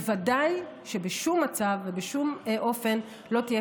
ודאי שבשום מצב ובשום אופן לא תהיה